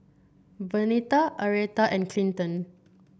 Vernita Arietta and Clinton